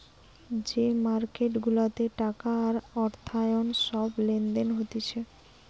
যে মার্কেট গুলাতে টাকা আর অর্থায়ন সব লেনদেন হতিছে